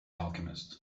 alchemist